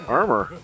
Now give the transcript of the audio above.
armor